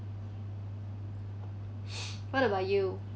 what about you